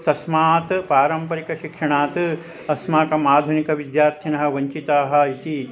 तस्मात् पारम्परिकशिक्षणात् अस्माकम् आधुनिकविद्यार्थिनः वञ्चिताः इति